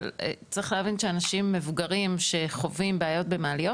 אבל צריך להבין שאנשים מבוגרים שחווים בעיות במעליות,